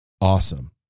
awesome